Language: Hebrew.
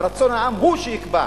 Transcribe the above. ורצון העם הוא שיקבע,